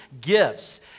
gifts